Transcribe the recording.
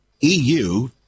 EU